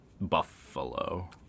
Buffalo